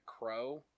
crow